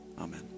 Amen